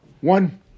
One